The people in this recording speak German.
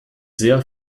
sehr